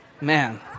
Man